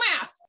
math